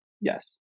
Yes